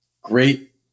great